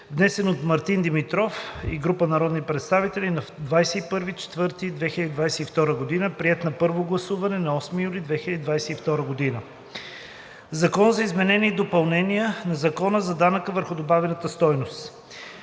внесен от Мартин Димитров и група народни представители на 21 април 2022 г., приет на първо гласуване на 8 юли 2022 г. „Закон за изменение и допълнение на Закона за данък върху добавената стойност